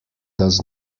does